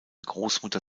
großmutter